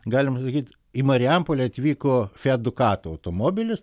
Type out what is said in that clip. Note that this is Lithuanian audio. galima sakyt į marijampolę atvyko fiat dukato automobilis